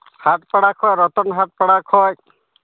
ᱦᱟᱴᱯᱟᱲᱟ ᱠᱷᱚᱱ ᱨᱚᱛᱚᱱ ᱦᱟᱴᱯᱟᱲᱟ ᱠᱷᱚᱱ